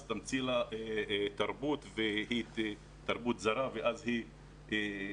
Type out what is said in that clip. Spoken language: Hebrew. אז תמציא לה תרבות זרה ואז היא תיקח